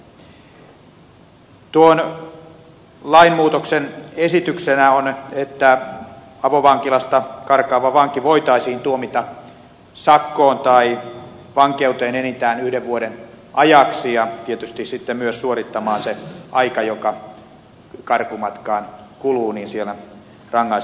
tuon lainmuutoksen esityksenä on että avovankilasta karkaava vanki voitaisiin tuomita sakkoon tai vankeuteen enintään yhden vuoden ajaksi ja tietysti sitten myös suorittamaan se aika joka karkumatkaan kuluu siellä rangaistuslaitoksessa